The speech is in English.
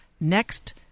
next